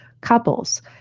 couples